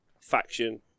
faction